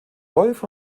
wolf